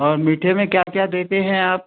और मीठे में क्या क्या देते हैं आप